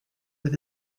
with